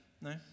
No